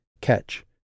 catch